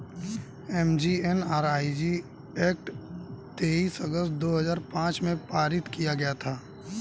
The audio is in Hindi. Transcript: एम.जी.एन.आर.इ.जी एक्ट तेईस अगस्त दो हजार पांच में पारित किया गया था